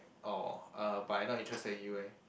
orh uh but I not interested in you eh